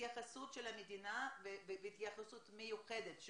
התייחסות של המדינה והתייחסות מיוחדת,